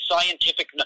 scientific